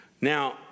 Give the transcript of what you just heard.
Now